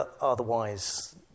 otherwise